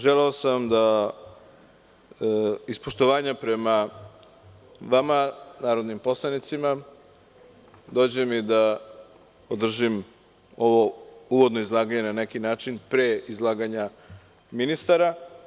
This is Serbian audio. Želeo sam da iz poštovanja prema vama, narodnim poslanicima, dođem i održim ovo uvodno izlaganje pre izlaganja ministara.